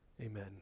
Amen